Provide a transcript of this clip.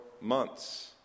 months